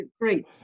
great